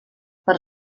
per